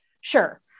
Sure